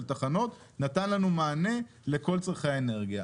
תחנות נתן לנו מענה לכל צרכי האנרגיה.